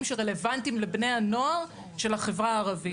שרלבנטיים לבני הנוער של החברה הערבית.